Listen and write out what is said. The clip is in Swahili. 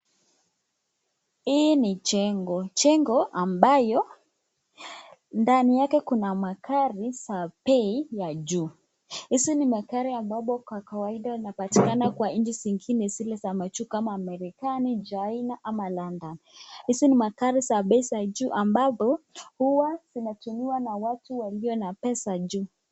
Hii ni jengo, jengo ambayo ndani yake kuna magari za bei ya juu. Hizi ni magari ambazo kwa kawaida zinapatikana kwa inchi zingine zile za majuu kama Amerikani, Chaina ama London. Hizi ni magari za bei za juu ambazo huwa zinatumiwa na watu walio na pesa ju.